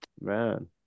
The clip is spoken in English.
man